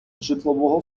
житлового